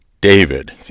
David